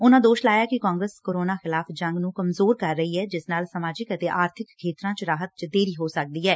ਉਨੂਂ ਦੋਸ਼ ਲਾਇਆ ਕਿ ਕਾਂਗਰਸ ਕੋਰੋਨਾ ਖਿਲਾਫ ਜੰਗ ਦੀ ਕਮਜੋਰ ਕਰ ਰਹੀ ਦੇ ਜਿਸ ਨਾਲ ਸਮਾਜਿਕ ਅਤੇ ਆਰਬਿਕ ਖੇਤਰਾਂ 'ਚ ਰਾਹਤ 'ਚ ਦੇਰੀ ਹੋ ਸਕਦੀ ਏ